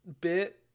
bit